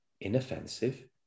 inoffensive